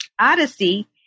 odyssey